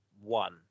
one